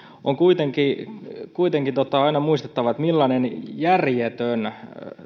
on kuitenkin kuitenkin aina muistettava millainen järjetön